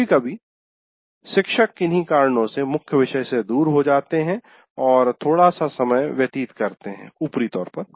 कभी कभी शिक्षक किन्ही कारणों से मुख्य विषय से दूर हो जाते हैं और थोड़ा सा समय व्यतीत करते हैं ऊपरी तौर पर